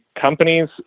companies